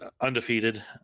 undefeated